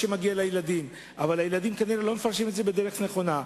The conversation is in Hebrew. הילדים כנראה לא מפרשים את זה בדרך נכונה.